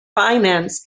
finance